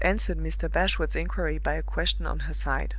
and answered mr. bashwood's inquiry by a question on her side.